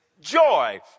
joy